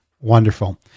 Wonderful